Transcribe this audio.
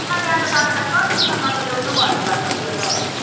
आमाले अन्त तपाईँलाई कतिसम्मको ल्याउनु भन्नुभएको थियो अन्त